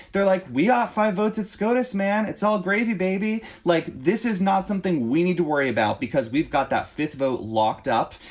they're like, we are five votes in scotus, man. it's all gravy, baby. like, this is not something we need to worry about because we've got that fifth vote locked up.